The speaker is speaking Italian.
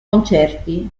concerti